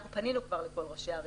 אנחנו פנינו כבר לכל ראשי הערים,